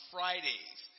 Fridays